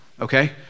okay